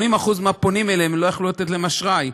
ל-80% מהפונים אליהם הם לא יכלו לתת אשראי,